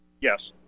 Yes